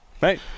Right